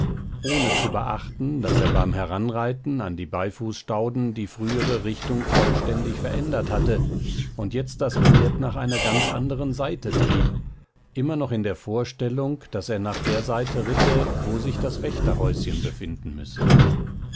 ohne zu beachten daß er beim heranreiten an die beifußstauden die frühere richtung vollständig verändert hatte und jetzt das pferd nach einer ganz anderen seite trieb immer noch in der vorstellung daß er nach der seite ritte wo sich das wächterhäuschen befinden müsse